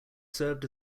served